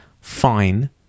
fine